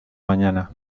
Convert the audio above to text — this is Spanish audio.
mañana